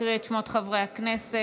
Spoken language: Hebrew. תקריא את שמות חברי הכנסת.